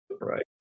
Right